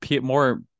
More